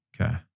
Okay